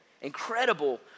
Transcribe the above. incredible